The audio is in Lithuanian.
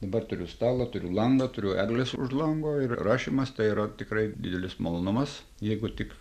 dabar turiu stalą turiu langą turiu egles už lango ir rašymas tai yra tikrai didelis malonumas jeigu tik